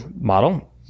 model